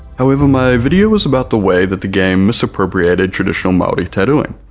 however my video was about the way that the game misappropriated traditional maori tattooing,